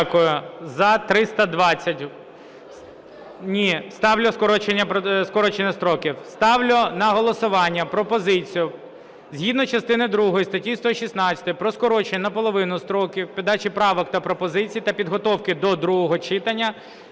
Дякую. Ні, ставлю скорочення строків. Ставлю на голосування пропозицію, згідно частини другої статті 116 про скорочення наполовину строків подачі правок та пропозицій та підготовки до другого читання